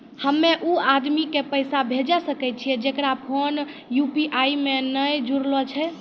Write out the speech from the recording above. हम्मय उ आदमी के पैसा भेजै सकय छियै जेकरो फोन यु.पी.आई से नैय जूरलो छै?